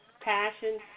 Passion